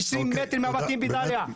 עשרים מטר מהבתים בדאליה.